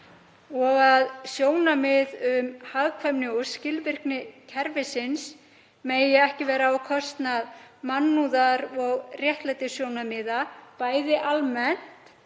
og að sjónarmið um hagkvæmni og skilvirkni kerfisins megi ekki vera á kostnað mannúðar- og réttlætissjónarmiða almennt